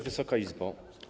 Wysoka Izbo!